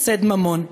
הפסד ממון.